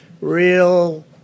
real